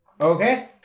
Okay